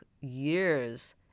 years